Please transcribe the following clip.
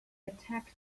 attacked